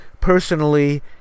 personally